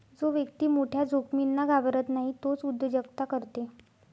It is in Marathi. जो व्यक्ती मोठ्या जोखमींना घाबरत नाही तोच उद्योजकता करते